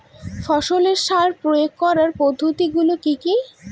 ফসলের সার প্রয়োগ করার পদ্ধতি গুলো কি কি?